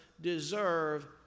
deserve